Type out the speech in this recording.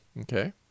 Okay